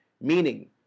meaning